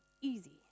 easy